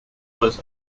was